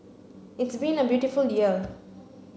it's been a beautiful year